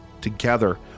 Together